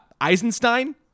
Eisenstein